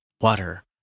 Water